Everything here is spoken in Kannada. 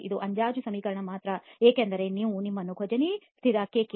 ಇದು ಅಂದಾಜು ಸಮೀಕರಣ ಮಾತ್ರ ಏಕೆಂದರೆ ಅದು ನಿಮ್ಮನ್ನು ಕೊಜೆನಿ ಸ್ಥಿರ ಕೆಕೆ